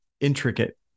intricate